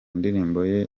ndirimbo